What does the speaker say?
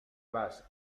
vas